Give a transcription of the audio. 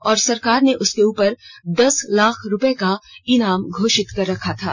और सरकार ने उसके उपर दस लाख रूपये का इनाम घोषित कर रखी थी